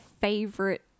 favorite